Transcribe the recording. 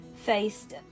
Faced